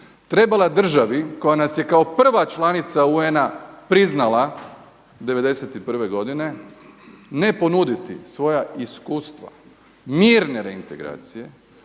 trebala državi koja nas je kao prva članica UN-a priznala '91. godine ne ponuditi svoja iskustva mirne reintegracije.